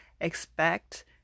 expect